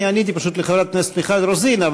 אני עניתי פשוט לחברת הכנסת מיכל רוזין.